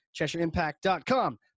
CheshireImpact.com